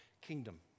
kingdom